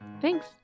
Thanks